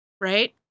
Right